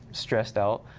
stressed out,